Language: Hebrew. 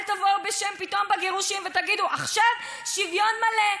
אל תבואו פתאום בגירושין ותגידו: עכשיו שוויון מלא,